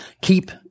keep